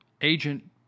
Agent